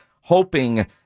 hoping